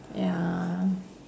ya